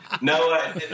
No